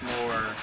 more